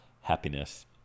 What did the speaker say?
happiness